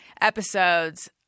episodes